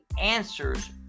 answers